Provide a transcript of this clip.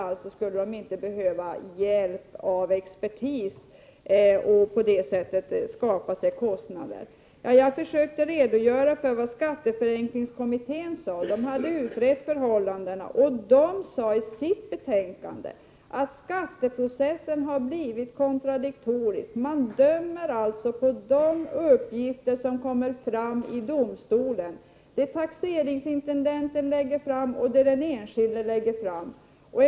Den enskilde skulle därmed inte behöva hjälp av expertis och således inte heller skapa sig kostnader. Jag har försökt redogöra för vad skatteförenklingskommittén sade. Den har utrett förhållandena och sade i sitt betänkande att skatteprocessen har blivit kontradiktorisk. Man dömer således på de uppgifter som kommer fram i domstolen — de uppgifter som läggs fram av taxeringsintendenten och av den enskilde.